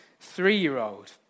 three-year-old